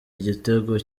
igitego